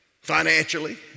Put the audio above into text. financially